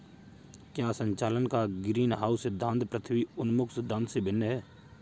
क्या संचालन का ग्रीनहाउस सिद्धांत पृथ्वी उन्मुख सिद्धांत से भिन्न है?